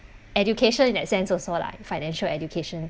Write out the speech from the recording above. education in that sense also lah financial education